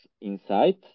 inside